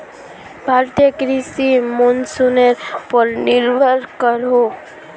भारतीय कृषि मोंसूनेर पोर निर्भर करोहो